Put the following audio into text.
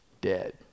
dead